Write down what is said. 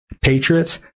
Patriots